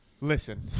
listen